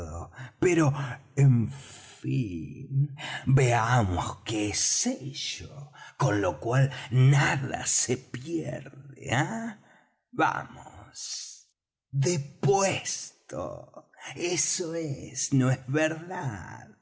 pero en fin veamos qué es ello con lo cual nada se pierde ah vamos depuesto eso es no es verdad